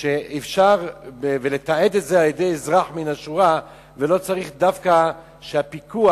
שאפשר לתעד את זה על-ידי אזרח מהשורה ולא צריך דווקא שהפיקוח,